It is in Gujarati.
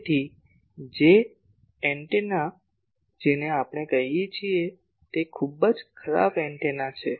તેથી જે એન્ટેના જેને આપણે કહીએ છીએ તે ખૂબ જ ખરાબ એન્ટેના છે